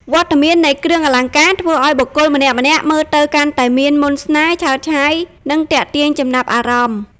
វត្តមាននៃគ្រឿងអលង្ការធ្វើឱ្យបុគ្គលម្នាក់ៗមើលទៅកាន់តែមាន មន្តស្នេហ៍ ឆើតឆាយ និងទាក់ទាញចំណាប់អារម្មណ៍ ។